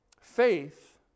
Faith